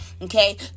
okay